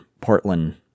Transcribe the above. Portland